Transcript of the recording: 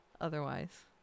otherwise